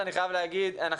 אני חייב להגיד,